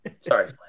Sorry